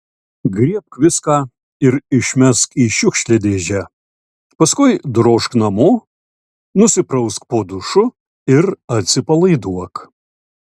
griebk viską ir išmesk į šiukšliadėžę paskui drožk namo nusiprausk po dušu ir atsipalaiduok